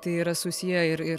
tai yra susiję ir ir